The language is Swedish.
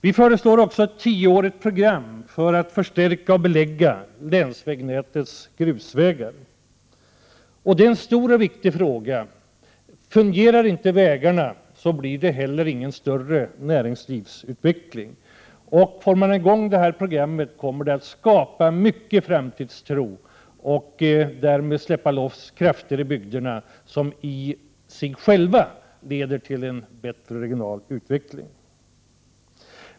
Vi föreslår också ett tioårigt program för att förstärka och belägga länsvägnätets grusvägar. Det är en stor och viktig fråga. Om inte vägarna fungerar blir det inte heller någon större näringslivsutveckling. Kommer detta program i gång, kommer det att skapa större framtidstro och därmed släppa loss krafter i bygderna som i sig själva leder till en bättre regional utveckling.